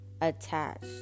attached